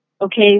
okay